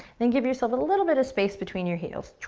and give yourself a little bit of space between your heels.